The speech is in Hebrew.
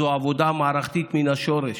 זו עבודה מערכתית מן השורש.